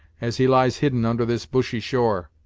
as he lies hidden under this bushy shore.